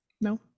No